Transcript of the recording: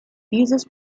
dieses